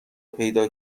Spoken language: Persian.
پیدا